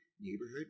neighborhood